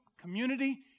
community